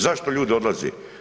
Zašto ljudi odlaze?